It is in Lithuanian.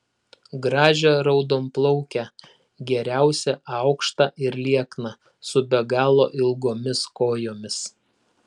gražią raudonplaukę geriausia aukštą ir liekną su be galo ilgomis kojomis